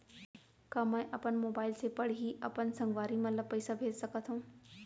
का मैं अपन मोबाइल से पड़ही अपन संगवारी मन ल पइसा भेज सकत हो?